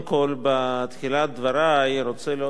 בתחילת דברי אני רוצה להודות לך,